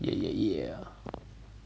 yeah yeah yeah